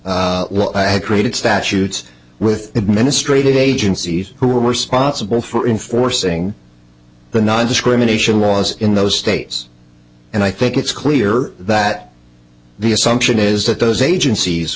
statutory well i had created statutes with administrative agencies who were sponsible for enforcing the nondiscrimination laws in those states and i think it's clear that the assumption is that those agencies